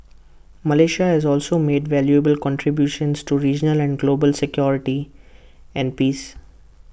Malaysia has also made valuable contributions to regional and global security and peace